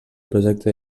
projecte